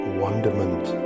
wonderment